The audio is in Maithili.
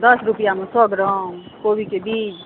दश रुपैआमे सए ग्राम कोबिके बीज